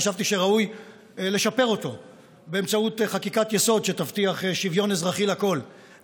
חשבתי שראוי לשפר אותו באמצעות חקיקת-יסוד שתבטיח שוויון אזרחי לכול.